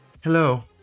Hello